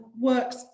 works